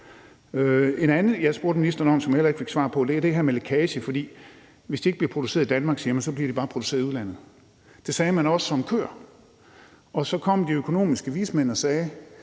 andet, jeg spurgte ministeren om, som jeg heller ikke fik svar på, er det her med lækage. For hvis de ikke bliver produceret i Danmark, siger man, så bliver de bare produceret i udlandet. Det sagde man også om køer. Og så kom de økonomiske miljøvismænd og sagde: